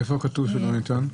איפה כתוב שלא ניתן?